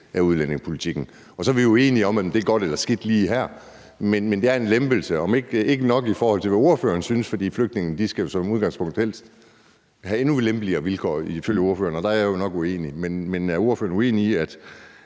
af udlændingepolitikken. Så kan vi være uenige om, om det er godt eller skidt lige her, men det er en lempelse, om end det ikke er nok, i forhold til hvad ordføreren synes, for flygtninge skal jo som udgangspunkt have endnu lempeligere vilkår ifølge ordføreren, og der er jeg jo nok uenig. Men er ordføreren uenig i, at